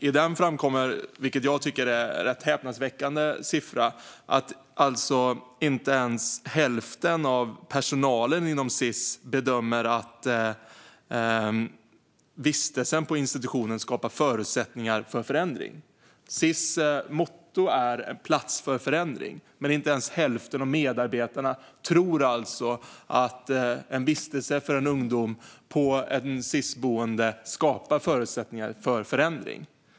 I den framkommer, vilket jag tycker är rätt häpnadsväckande, att inte ens hälften av personalen inom Sis bedömer att vistelsen på institutionen skapar förutsättningar för förändring. Sis motto är: Plats för förändring. Men inte ens hälften av medarbetarna tror alltså att vistelse för en ung person på ett Sis-boende skapar förutsättningar för förändring.